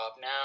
now